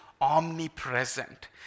omnipresent